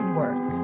work